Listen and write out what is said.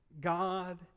God